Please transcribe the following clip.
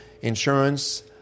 insurance